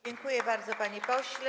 Dziękuję bardzo, panie pośle.